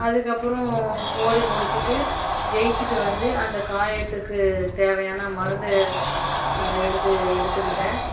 அதுக்கப்புறம் ஓடி முடிச்சுட்டு ஜெயிச்சுட்டு வந்து அந்த காயத்துக்கு தேவையான மருந்தை எடுத்து எடுத்துகிட்டேன்